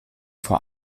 vor